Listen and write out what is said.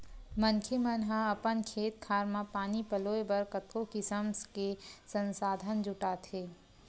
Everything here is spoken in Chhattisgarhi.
मनखे मन ह अपन खेत खार म पानी पलोय बर कतको किसम के संसाधन जुटाथे